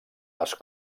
les